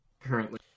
currently